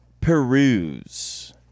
peruse